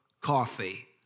coffee